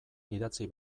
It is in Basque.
idatzi